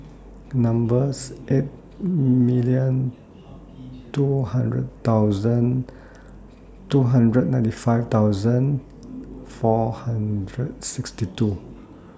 number's eight million two hundred thousand two hundred ninety five thousand four hundred sixty two